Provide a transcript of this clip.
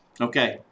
Okay